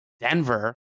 Denver